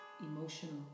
emotional